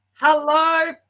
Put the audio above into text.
Hello